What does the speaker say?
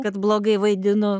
kad blogai vaidinu